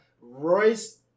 Royce